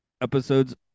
episodes